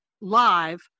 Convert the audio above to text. live